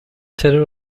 terör